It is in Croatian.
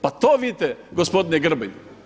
Pa to vidite gospodine Grbin.